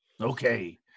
Okay